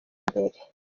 mbere